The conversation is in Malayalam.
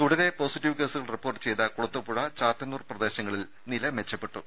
തുടരെ പോസിറ്റീവ് കേസുകൾ റിപ്പോർട്ട് ചെയ്ത കുളത്തൂപ്പുഴ ചാത്തന്നൂർ പ്രദേശങ്ങളിൽ നില മെച്ചപ്പെട്ടു